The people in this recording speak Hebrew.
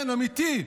כן, אמיתי.